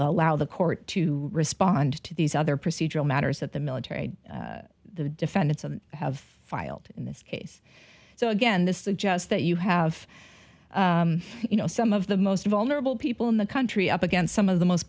allow the court to respond to these other procedural matters that the military defendants have filed in this case so again this suggests that you have you know some of the most vulnerable people in the country up against some of the most